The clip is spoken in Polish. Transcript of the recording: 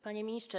Panie Ministrze!